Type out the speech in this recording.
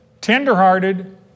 tenderhearted